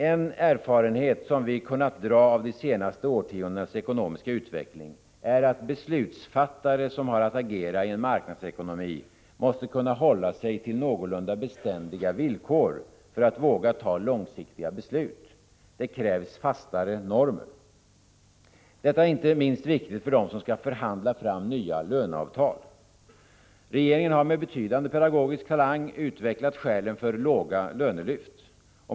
En erfarenhet som vi kunnat dra av de senaste årtiondenas ekonomiska utveckling är att beslutsfattare som har att agera i en marknadsekonomi måste kunna hålla sig till någorlunda beständiga villkor för att våga fatta långsiktiga beslut. Det krävs fastare normer. Detta är inte minst viktigt för dem som skall förhandla fram nya löneavtal. Regeringen har med betydande pedagogisk talang utvecklat skälen för låga lönelyft.